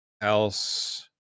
else